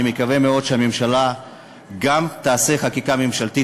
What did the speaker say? אני מקווה מאוד שהממשלה גם תעשה חקיקה ממשלתית